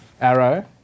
Arrow